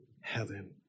heaven